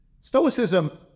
Stoicism